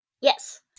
Yes